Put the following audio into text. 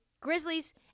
Grizzlies